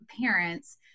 parents